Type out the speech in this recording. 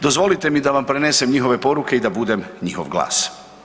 Dozvolite mi da vam prenesem njihove poruke i da budem njihov glas.